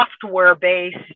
software-based